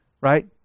right